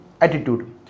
attitude